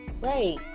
Right